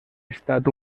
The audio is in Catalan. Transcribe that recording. estat